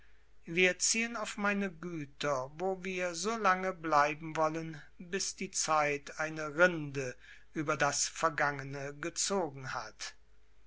wir ziehen auf meine güter wo wir so lange bleiben wollen bis die zeit eine rinde über das vergangene gezogen hat